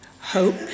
hope